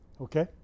Okay